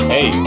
Hey